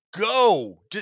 go